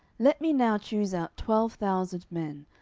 let me now choose out twelve thousand men,